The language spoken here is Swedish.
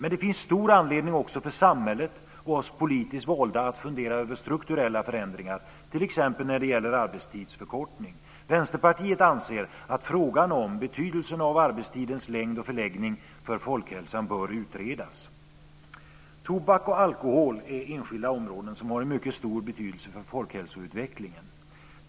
Men det finns stor anledning också för samhället och oss politiskt valda att fundera över strukturella förändringar, t.ex. när det gäller arbetstidsförkortning. Vänsterpartiet anser att frågan om betydelsen av arbetstidens längd och förläggning för folkhälsan bör utredas. Tobak och alkohol är enskilda områden som har en mycket stor betydelse för folkhälsoutvecklingen.